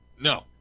No